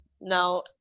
now